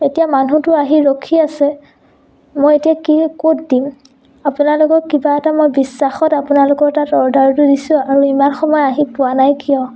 এতিয়া মানুহতো আহি ৰখি আছে মই এতিয়া কি ক'ত দিম আপোনালোকক কিবা এটা মই বিশ্বাসত আপোনালোকৰ তাত অৰ্ডাৰটো দিছোঁ আৰু ইমান সময় আহি পোৱা নাই কিয়